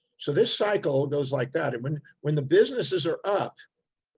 so this cycle goes like that. and when, when the businesses are up,